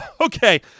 okay